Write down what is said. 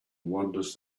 wanders